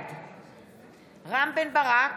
בעד רם בן ברק,